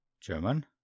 German